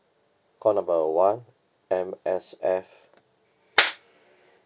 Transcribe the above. call number one M_S_F